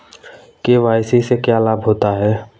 KYC से क्या लाभ होता है?